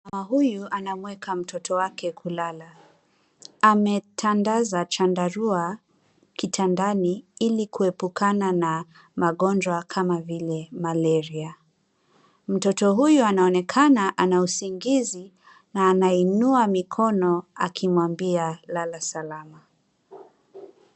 Mama huyu anamweka mtoto wake kulala. Ametandaza chandarua kitandani ili kuepukana na magonjwa kama vile malaria. Mtoto huyu anaonekana ana usingizi na anainua mikono akimwambia lala salama.